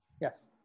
Yes